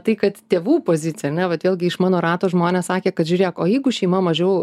tai kad tėvų pozicija ne vat vėlgi iš mano rato žmonės sakė kad žiūrėk o jeigu šeima mažiau